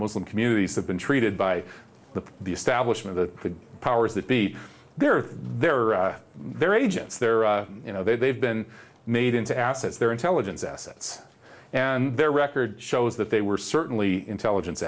muslim communities have been treated by the the establishment the powers that be there are there are there are agents there are you know they've been made into assets their intelligence assets and their record shows that they were certainly intelligence